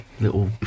little